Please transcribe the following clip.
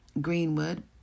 Greenwood